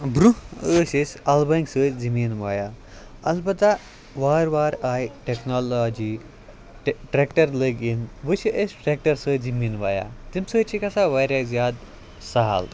برٛونٛہہ ٲسۍ أسۍ اَلہٕ بٲنۍ سۭتۍ زٔمیٖن وایان البتہ وارٕ وارٕ آیہِ ٹٮ۪کنالاجی تہِ ٹرٛٮ۪کٹَر لٔگۍ یِن وۄنۍ چھِ أسۍ ٹرٛٮ۪کٹَر سۭتۍ زٔمیٖن وایان تَمہِ سۭتۍ چھِ گژھان واریاہ زیادٕ سَہل